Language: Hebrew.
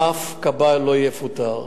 אף כבאי לא יפוטר.